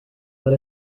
let